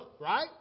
right